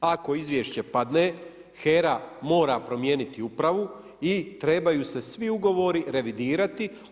Ako izvješće padne, HERA mora promijeniti upravu i trebaju se svi ugovori revidirati.